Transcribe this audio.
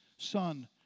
Son